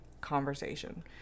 conversation